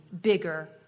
bigger